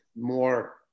more